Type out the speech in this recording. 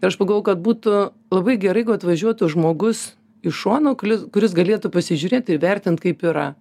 ir aš pagalvojau kad būtų labai gerai jeigu atvažiuotų žmogus iš šono kuris galėtų pasižiūrėt ir vertint kaip yra